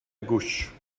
gauche